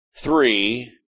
Three